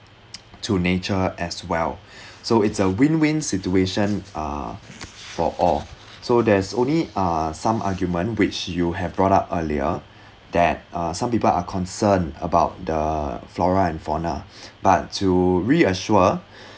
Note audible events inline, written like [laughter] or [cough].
[noise] to nature as well [breath] so it's a win win situation uh for all so there's only uh some argument which you have brought up earlier [breath] that uh some people are concerned about the flora and fauna [breath] but to reassure [breath]